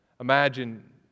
Imagine